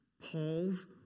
Paul's